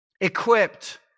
equipped